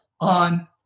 on